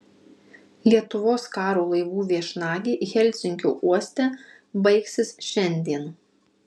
lietuvos karo laivų viešnagė helsinkio uoste baigsis šiandien